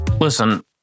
Listen